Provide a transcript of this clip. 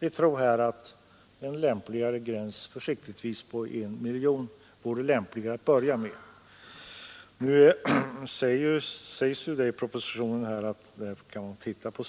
Vi tror att en annan gräns — försiktigtvis på 1 miljon — vore lämpligare till att börja med. Nu sägs i propositionen att man senare kan titta på